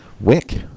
Wick